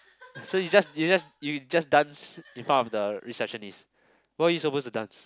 so you just you just you just dance in front of the receptionist what are you supposed to dance